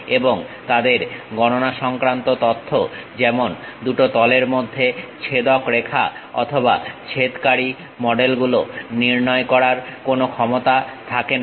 এবং তাদের গণনা সংক্রান্ত তথ্য যেমন দুটো তলের মধ্যে ছেদক রেখা অথবা ছেদকারি মডেল গুলো নির্ণয় করার কোন ক্ষমতা থাকেনা